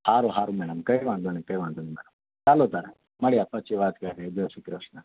હારું હારું મેડમ કંઈ વાંધો નહીં કંઈ વાંધો નહીં મેડમ ચાલો ત્યારે મળીએ આપણે પછી વાત કરીએ જયશ્રી કૃષ્ણ